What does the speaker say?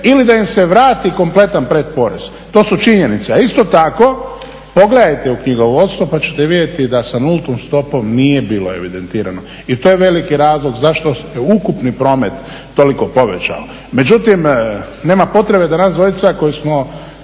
ili da im se vrati kompletan predporez. To su činjenice. A isto tako pogledajte u knjigovodstvo pa ćete vidjeti da sa nultom stopom nije bilo evidentirano i to je veliki razlog zašto se ukupni promet toliko povećao. Međutim, nema potrebe da nas dvojica koji smo